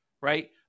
right